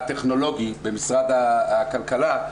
הטכנולוגי במשרד הכלכלה,